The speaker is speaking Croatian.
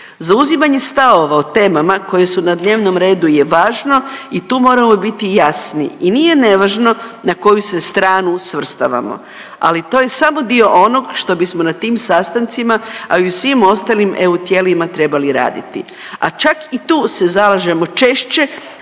Zauzimanje stavova o temama koje su na dnevnom redu je važno i tu moramo biti jasni i nije nevažno na koju se stranu svrstavamo, ali to je samo dio onog što bismo na tim sastancima, a i u svim ostalim EU tijelima trebali raditi, a čak i tu se zalažemo češće